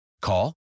Call